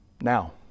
now